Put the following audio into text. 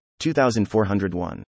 2401